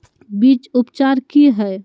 बीज उपचार कि हैय?